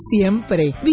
siempre